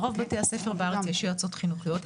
ברוב בתי הספר בארץ יש יועצות חינוכיות.